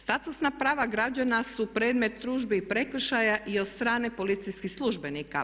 Statusna prava građana su predmet tužbi i prekršaja i od strane policijskih službenika.